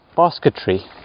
basketry